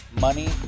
money